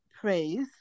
praise